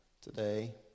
today